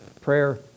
Prayer